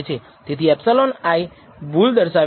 તેથી ε i ભૂલ દર્શાવે છે